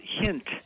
hint